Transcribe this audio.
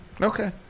Okay